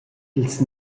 ils